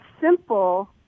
simple